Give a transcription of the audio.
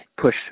push